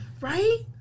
Right